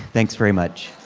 thanks very much.